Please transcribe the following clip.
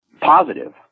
positive